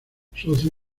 socio